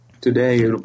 today